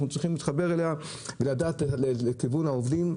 אנחנו צריכים להתחבר אליה ולדעת שארגון העובדים,